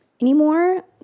anymore